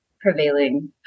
prevailing